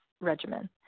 regimen